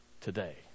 today